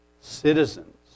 Citizens